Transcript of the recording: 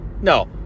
No